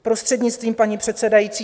Prostřednictvím paní předsedající.